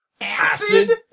acid